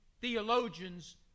theologians